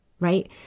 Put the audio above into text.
right